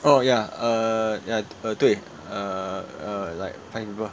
oh ya err ya uh 对 uh uh like five people